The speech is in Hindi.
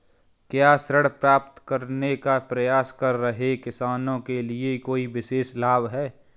क्या ऋण प्राप्त करने का प्रयास कर रहे किसानों के लिए कोई विशेष लाभ हैं?